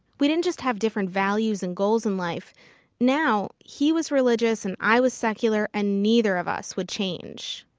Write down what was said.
we didn't just have different values and goals in life now, he was religious and i was secular and neither of us would change.